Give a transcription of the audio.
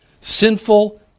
Sinful